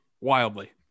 Wildly